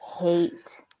hate